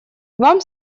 вам